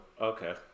Okay